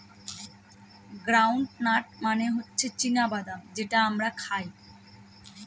ground nut মানে হচ্ছে চীনা বাদাম যেটা আমরা খাই